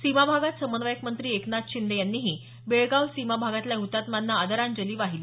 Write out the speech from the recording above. सीमा भाग समन्वयक मंत्री एकनाथ शिंदे यांनीही बेळगाव सीमा भागातल्या हुतात्म्यांना आदरांजली वाहिली